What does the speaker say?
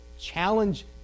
Challenge